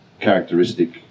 characteristic